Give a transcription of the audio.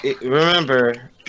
remember